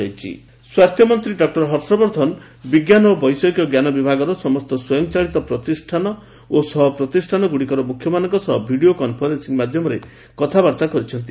health minister ଇକ୍ଟର୍ଆକ୍ଟନ୍ ସ୍ୱାସ୍ଥ୍ୟମନ୍ତ୍ରୀ doctor Harshvardhan ବିଜ୍ଞାନ ଓ ବୈଷୟିକ ଜ୍ଞାନ ବିଭାଗର ସମସ୍ତ ସ୍ୱୟଂଚାଳିତ ପ୍ରତିଷ୍ଠାନ ଓ ସହ ପ୍ରତିଷ୍ଠାନଗୁଡ଼ିକର ମୁଖ୍ୟମାନଙ୍କ ସହ ଭିଡ଼ିଓ କନ୍ଫରେନ୍ସିଂ ମାଧ୍ୟମରେ କଥାବାର୍ତ୍ତା କରିଛନ୍ତି